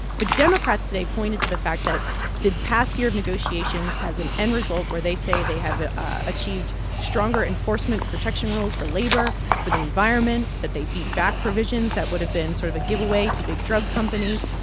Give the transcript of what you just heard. but democrats today pointed to the fact that the past year of negotiations has an end result where, they say, they have achieved stronger enforcement protection rules for labor, for the environment, that they beat back provisions that would have been sort of a giveaway to big drug companies.